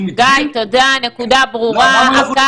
תודה, גיא, הנקודה ברורה.